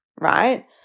right